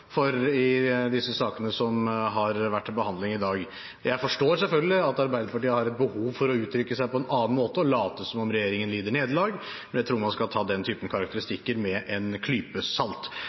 for i disse sakene som har vært til behandling i dag. Jeg forstår selvfølgelig at Arbeiderpartiet har et behov for å uttrykke seg på en annen måte og late som om regjeringen lider nederlag, men jeg tror man skal ta den typen karakteristikker med en klype salt.